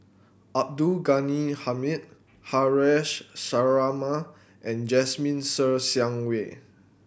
Abdul Ghani Hamid Haresh Sharma and Jasmine Ser Xiang Wei